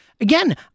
again